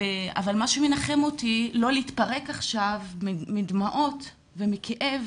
מה שמנחם אותי לא להתפרק עכשיו מדמעות ומכאב,